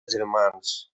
germans